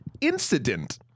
incident